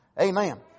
Amen